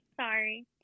sorry